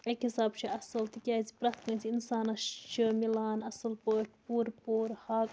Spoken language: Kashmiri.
اَکہِ حِساب چھِ اَصل تِکیٛازِ پرٛٮ۪تھ کٲنٛسہِ اِنسانَس چھُ مِلان اَصٕل پٲٹھۍ پوٗرٕ پوٗرٕ حق